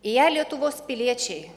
į ją lietuvos piliečiai